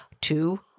Two